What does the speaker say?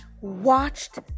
watched